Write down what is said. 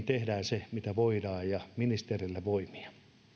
tehdään se mitä voidaan ja ministerille voimia